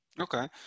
Okay